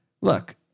look